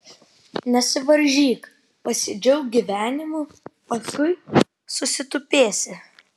nesivaržyk pasidžiauk gyvenimu paskui susitupėsi